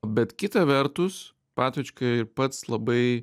bet kita vertus patočka ir pats labai